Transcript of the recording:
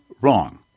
Wrong